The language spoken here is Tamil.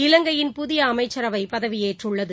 இலங்கையின் புதியஅமைச்சரவைபதவியேற்றுள்ளது